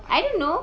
I don't know